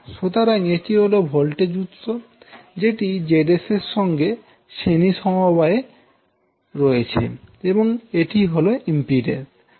সুতরাং এটি হল ভোল্টেজ উৎস যেটি Zs এর সঙ্গে শ্রেণী সমবায়ে রয়েছে এবং এটিই হল ইম্পিড্যান্স